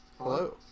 Hello